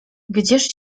gdzież